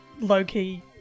low-key